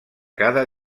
cada